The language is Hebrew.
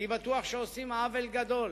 אני בטוח שעושים עוול גדול